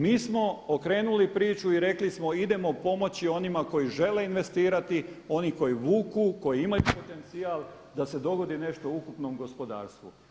Mi smo okrenuli priču i rekli smo – idemo pomoći onima koji žele investirati, oni koji vuku, koji imaju potencijal da se dogodi nešto u ukupnom gospodarstvu.